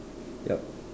yup